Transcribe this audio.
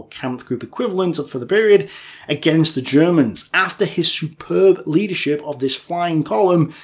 kampfgruppe equivalent for the period against the germans. after his superb leadership of this flying column,